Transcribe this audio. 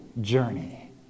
journey